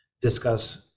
discuss